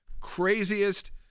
craziest